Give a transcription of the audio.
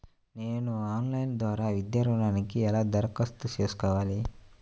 నేను ఆన్లైన్ ద్వారా విద్యా ఋణంకి ఎలా దరఖాస్తు చేసుకోవాలి?